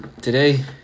Today